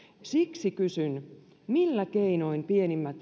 siksi kysyn millä keinoin pienimmät